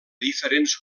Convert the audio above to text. diferents